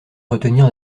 retenir